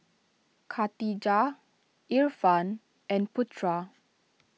Khadija Irfan and Putra